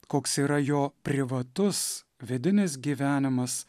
koks yra jo privatus vidinis gyvenimas